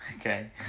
okay